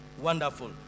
Wonderful